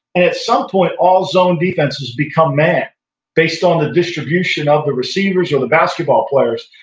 and at some point all zone defenses become mad based on the distribution of the receivers or the basketball players.